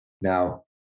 Now